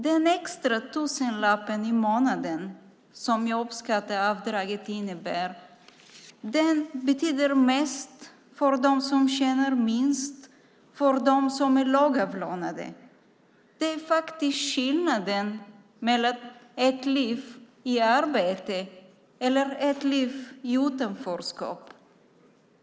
Den extra tusenlappen i månaden som jobbskatteavdraget innebär betyder mest för dem som tjänar minst, för dem som är lågavlönade. Det är skillnaden mellan ett liv i arbete och ett liv i utanförskap.